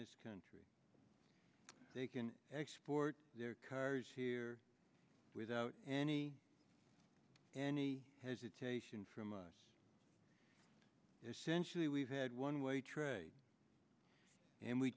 this country they can export their cars here without any any hesitation from us essentially we've had one way trade and we